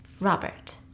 Robert